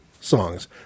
songs